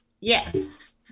yes